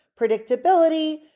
predictability